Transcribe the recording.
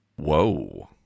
Whoa